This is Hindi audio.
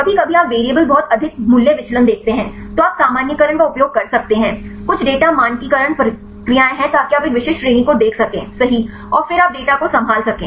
कभी कभी आप वेरिएबल बहुत अधिक मूल्य विचलन देखते हैं तो आप सामान्यीकरण का उपयोग कर सकते हैं कुछ डेटा मानकीकरण प्रक्रियाएं हैं ताकि आप एक विशिष्ट श्रेणी को देख सकें सही और फिर आप डेटा को संभाल सकें